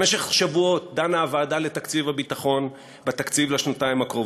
במשך שבועות דנה הוועדה לתקציב הביטחון בתקציב לשנתיים הקרובות.